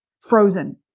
frozen